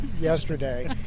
yesterday